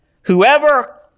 Whoever